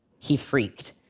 he freaked.